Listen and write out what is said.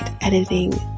editing